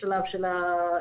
לשלב של המשאבים.